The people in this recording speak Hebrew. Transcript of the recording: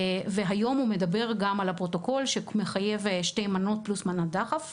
והיום הוא מדבר גם על הפרוטוקול שמחייב שתי מנות פלוס מנת דחף,